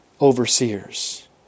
overseers